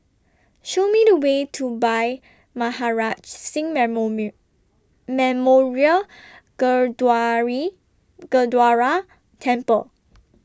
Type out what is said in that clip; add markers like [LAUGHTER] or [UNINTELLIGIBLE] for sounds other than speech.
Show Me The Way to Bhai Maharaj Singh Memory Memorial [UNINTELLIGIBLE] Gurdwara Temple